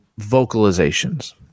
vocalizations